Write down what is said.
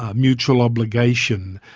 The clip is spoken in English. ah mutual obligation,